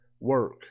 work